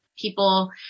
people